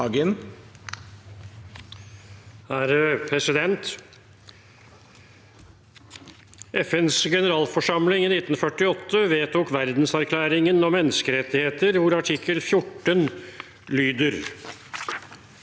FNs generalforsam- ling vedtok i 1948 Verdenserklæringen om menneskerettigheter, hvor artikkel 14 lyder: